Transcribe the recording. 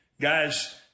guys